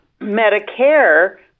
Medicare